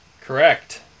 Correct